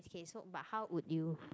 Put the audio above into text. k so but how would you